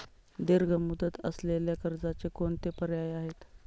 दीर्घ मुदत असलेल्या कर्जाचे कोणते पर्याय आहे?